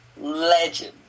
Legend